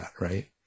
right